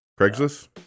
Craigslist